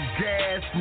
gas